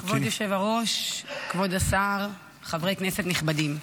כבוד יושב-הראש, כבוד השר, חברי כנסת נכבדים,